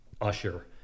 Usher